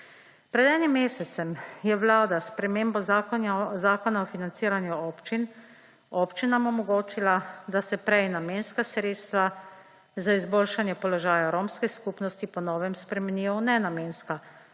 Pred enim mesecem je Vlada spremembo Zakona o financiranju občin, občinam omogočila, da se prej namenska sredstva za izboljšanje položaja romske skupnosti po novem spremenijo v nenamenska, kar